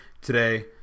today